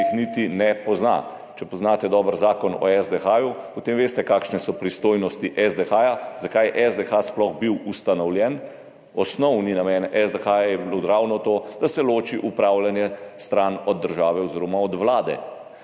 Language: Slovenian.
niti ne pozna. Če poznate dobro Zakon o SDH, potem veste, kakšne so pristojnosti SDH, zakaj je SDH sploh bil ustanovljen. Osnovni namen SDH je bil ravno to, da se loči upravljanje od države oziroma od Vlade.